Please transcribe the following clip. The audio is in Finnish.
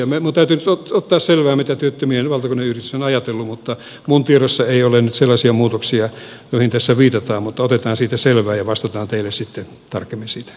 minun täytyy nyt ottaa selvää mitä työttömien valtakunnallinen yhdistys on ajatellut mutta minun tiedoissani ei ole nyt sellaisia muutoksia joihin tässä viitataan mutta otetaan siitä selvää vastata tele sitä tarkemmin syyt